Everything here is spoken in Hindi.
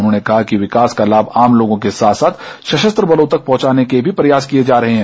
उन्होंने कहा कि विकास का लाभ आम लोगों के साथ साथ सशस्त्र बलों तक पहुंचाने के प्रयास भी किए जा रहे हैं